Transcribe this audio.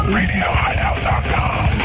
RadioHideout.com